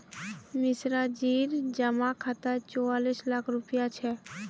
मिश्राजीर जमा खातात चौवालिस लाख रुपया छ